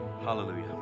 Hallelujah